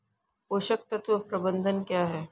पोषक तत्व प्रबंधन क्या है?